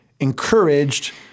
encouraged